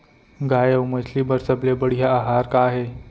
गाय अऊ मछली बर सबले बढ़िया आहार का हे?